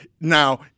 now